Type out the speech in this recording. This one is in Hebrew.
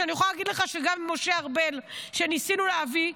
ואני יכולה להגיד לך שגם עם משה ארבל ניסינו להביא,